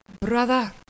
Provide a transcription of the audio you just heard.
brother